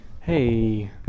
hey